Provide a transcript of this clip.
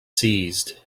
seized